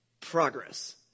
progress